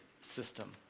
system